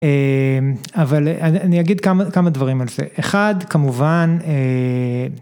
אבל אני אגיד כמה דברים על זה אחד כמובן.